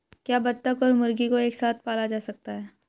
क्या बत्तख और मुर्गी को एक साथ पाला जा सकता है?